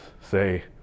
say